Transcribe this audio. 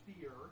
fear